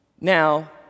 Now